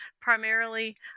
primarily